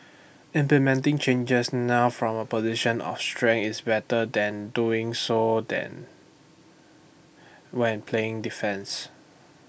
implementing changes now from A position of strength is better than doing so than when playing defence